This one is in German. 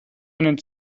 einen